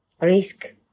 Risk